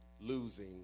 Losing